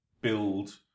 build